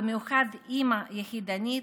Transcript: במיוחד אימא יחידנית,